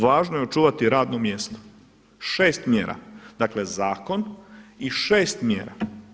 Važno je očuvati radno mjesto, 6 mjera, dakle zakon i 6 mjera.